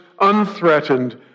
unthreatened